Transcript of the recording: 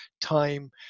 time